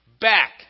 back